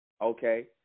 Okay